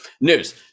News